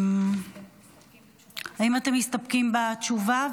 האם אתם מסתפקים בתשובה,